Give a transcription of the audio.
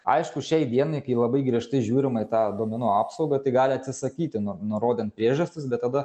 aišku šiai dienai kai labai griežtai žiūrima į tą duomenų apsaugą tai gali atsisakyti nu nurodant priežastis bet tada